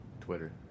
Twitter